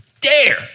dare